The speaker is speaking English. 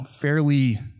fairly